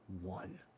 one